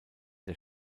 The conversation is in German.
der